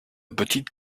petite